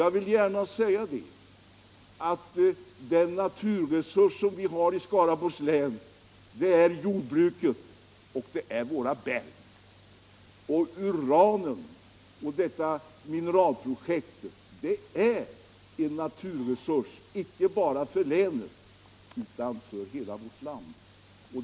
Jag vill gärna säga att de naturresurser vi har i Skaraborgs län ligger i jordbruket och bergen. Uranet och mineralprojektet är en naturresurs icke bara för länet utan för hela vårt land.